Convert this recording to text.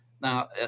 Now